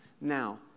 Now